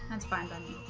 that's fine but